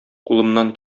кулымнан